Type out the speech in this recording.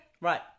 Right